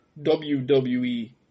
WWE